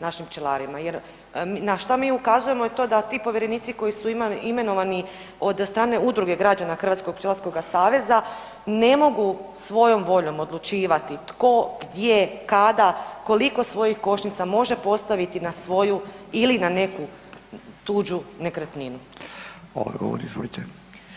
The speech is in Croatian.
našim pčelarima jer na šta mi ukazujemo je to da ti povjerenici koji su imenovani od strane udruge građana Hrvatskog pčelarskog saveza ne mogu svojom voljom odlučivati tko, gdje, kada, koliko svojih košnica može postaviti na svoju ili na neku tuđu nekretninu.